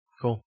Cool